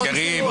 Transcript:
חבר הכנסת קריב,